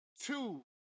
two